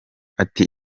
ati